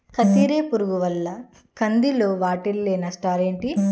కత్తెర పురుగు వల్ల కంది లో వాటిల్ల నష్టాలు ఏంటి